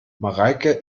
mareike